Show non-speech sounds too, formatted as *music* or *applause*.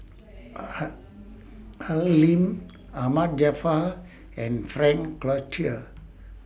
*noise* Al Lim Ahmad Jaafar and Frank Cloutier